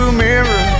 mirror